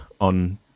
on